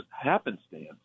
happenstance